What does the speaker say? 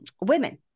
women